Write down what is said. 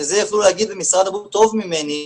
וזה יוכלו להגיד במשרד הבריאות טוב ממני,